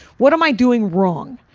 what am i doing wrong?